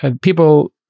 People